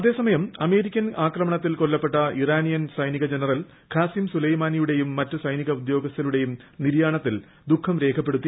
അതേസമയം അമേരിക്കൻ ആക്രമണത്തിൽ കൊല്ലപ്പെട്ട ഇറാനിയൻ സൈനിക ജനറൽ ഖാസിം സുലൈമാനിയുടേയും മറ്റ് സൈനിക ഉദ്യോഗസ്ഥരുടേയും നിര്യാണത്തിൽ ദുഖം രേഖപ്പെടുത്തി